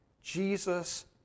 Jesus